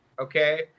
Okay